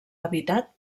habitat